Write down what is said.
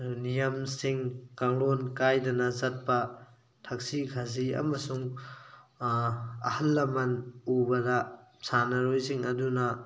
ꯅꯤꯌꯝꯁꯤꯡ ꯀꯥꯡꯂꯣꯟ ꯀꯥꯏꯗꯅ ꯆꯠꯄ ꯊꯛꯁꯤ ꯈꯥꯁꯤ ꯑꯃꯁꯨꯡ ꯑꯍꯜ ꯂꯃꯟ ꯎꯕꯗ ꯁꯥꯟꯅꯔꯣꯏꯁꯤꯡ ꯑꯗꯨꯅ